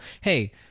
hey